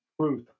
Truth